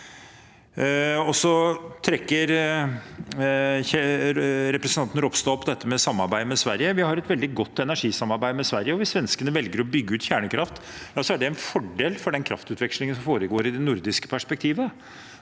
representanten Ropstad opp dette med samarbeid med Sverige. Vi har et veldig godt energisamarbeid med Sverige, og hvis svenskene velger å bygge ut kjernekraft, er det en fordel for den kraftutvekslingen som foregår i det nordiske perspektivet.